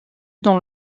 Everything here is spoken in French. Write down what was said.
dans